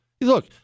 Look